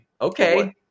okay